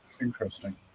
interesting